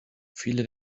viele